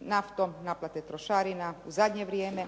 naftom naplate trošarina u zadnje vrijeme